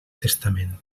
testament